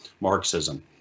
Marxism